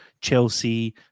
Chelsea